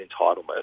entitlement